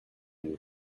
you